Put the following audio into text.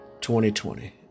2020